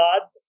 God